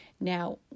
Now